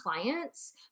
clients